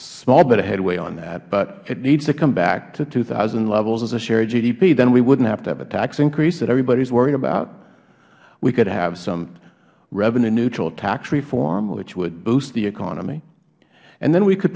small bit of headway on that but it needs to come back to two thousand levels as a share of gdp then we wouldn't have to have a tax increase that everybody is worried about we could have some revenue neutral tax reform which would boost the economy and then we could